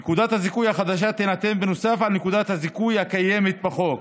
נקודת הזיכוי החדשה תינתן נוסף לנקודות הזיכוי הקיימות בחוק.